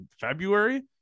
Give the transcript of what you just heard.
February